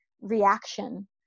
reaction